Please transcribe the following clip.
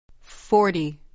Forty